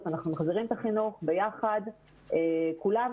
אנחנו מחזירים את החינוך ביחד כולם,